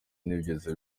ntibigeze